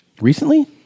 Recently